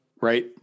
Right